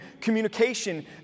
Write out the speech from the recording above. communication